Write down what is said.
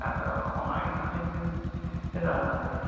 ᱟᱫᱚ ᱚᱱᱟ ᱜᱮ ᱦᱟᱸᱜ ᱞᱤᱧ ᱢᱮᱱ ᱮᱫᱟ ᱟᱫᱚ